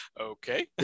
okay